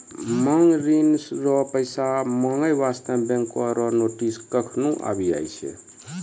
मांग ऋण रो पैसा माँगै बास्ते बैंको रो नोटिस कखनु आबि जाय छै